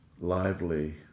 lively